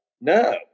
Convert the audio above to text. no